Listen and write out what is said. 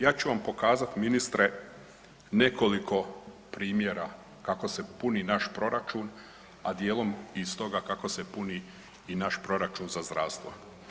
Ja ću vam pokazat ministre nekoliko primjera kako se puni naš proračun, a dijelom i iz toga kako se puni i naš proračun za zdravstvo.